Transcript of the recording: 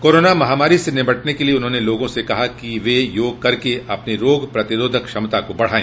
corona महामारी से निपटने के लिए उन्होंने लोगों से कहा कि वे योग करके अपनी रोग प्रतिरोधक क्षमता को बढ़ाय